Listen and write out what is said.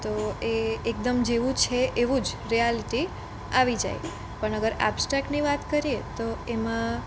તો એ એકદમ જેવું છે એવું જ રિયાલિટી આવી જાય પણ અગર એબસ્ટ્રક્ટની વાત કરીએ તો એમાં